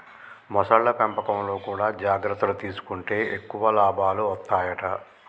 మొసళ్ల పెంపకంలో కూడా జాగ్రత్తలు తీసుకుంటే ఎక్కువ లాభాలు వత్తాయట